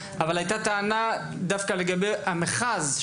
הייתה טענה דווקא לגבי המכרז,